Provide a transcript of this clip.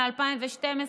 מ-2012.